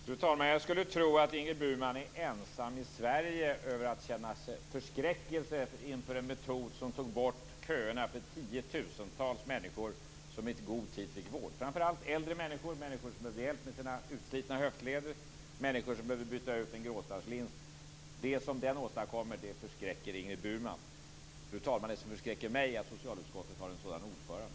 Fru talman! Jag skulle tro att Ingrid Burman är ensam i Sverige om att känna förskräckelse inför en metod som tog bort köerna för tiotusentals människor som i god tid fick vård. Det var framför allt äldre människor, människor med utslitna höftleder och människor som behövde byta ut en gråstarrslins. Det som den åstadkom förskräcker Ingrid Burman. Fru talman! Det som förskräcker mig är att socialutskottet har en sådan ordförande.